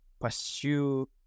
pursue